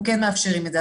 כן מאפשרים את זה.